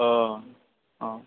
ओ ओ